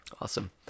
awesome